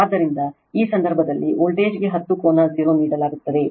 ಆದ್ದರಿಂದ ಈ ಸಂದರ್ಭದಲ್ಲಿ ವೋಲ್ಟೇಜ್ಗೆ 10 ಕೋನ 0 ನೀಡಲಾಗುತ್ತದೆ